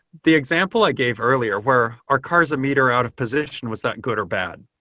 the example i gave earlier where our car is a meter out of position. was that good or bad?